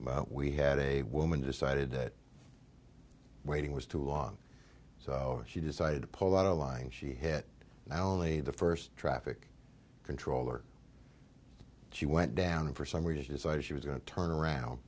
ht we had a woman decided that waiting was too long so she decided to pull out a line she hit now ali the first traffic controller she went down and for some we just decided she was going to turn around